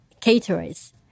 caterers